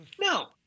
No